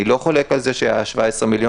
אני לא חולק על זה שהיה 17 מיליון,